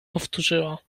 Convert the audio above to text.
powtórzyła